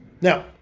Now